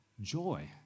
joy